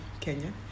Kenya